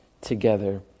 together